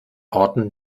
orten